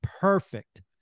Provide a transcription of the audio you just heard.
perfect